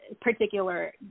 particular